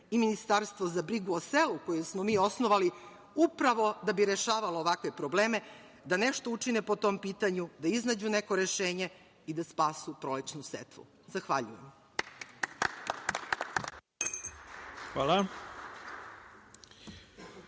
i Ministarstvo za brigu o selu, koje smo mi osnovali upravo da bi rešavalo ovakve probleme, da nešto učine po tom pitanju, da iznađu neko rešenje i da spasu prolećnu setvu. Zahvaljujem. **Ivica